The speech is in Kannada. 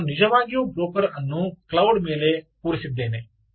ನಾನು ನಿಜವಾಗಿಯೂ ಬ್ರೋಕರ್ ಅನ್ನು ಕ್ಲೌಡ್ ಮೇಲೆ ಕೂರಿಸಿದ್ದೇನೆ